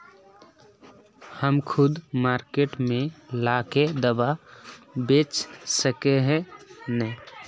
हम खुद मार्केट में ला के दाना बेच सके है नय?